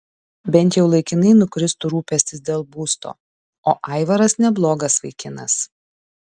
bent jau laikinai nukristų rūpestis dėl būsto o aivaras neblogas vaikinas